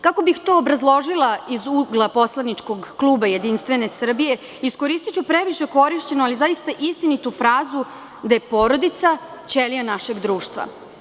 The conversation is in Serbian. Kako bih to obrazložila iz ugla poslaničkog kluba JS, iskoristiću previše korišćenu ali zaista istinitu frazu da je porodica ćelija našeg društva.